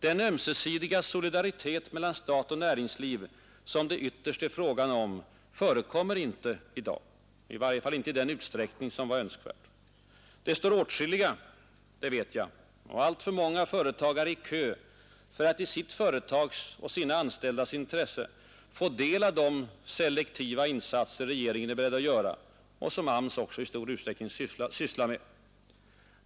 Den ömsesidiga solidaritet mellan stat och näringsliv som det ytterst är fråga om förekommer inte i dag, i varje fall inte i den utsträckning som är önskvärd. Det står åtskilliga, det vet jag, alltför många företagare i kö för att i sitt företags och sina anställdas intresse få del av de selektiva insatser regeringen är beredd att göra och som AMS också i stor utsträckning sysslar med.